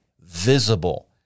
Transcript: visible